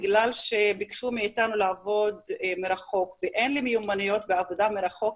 בגלל שביקשו מאיתנו לעבוד מרחוק ואין לי מיומנויות בעבודה מרחוק,